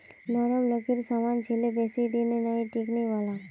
नरम लकड़ीर सामान छिके बेसी दिन नइ टिकने वाला